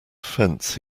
fence